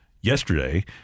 yesterday